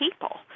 people